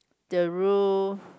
the roof